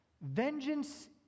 Vengeance